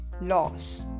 loss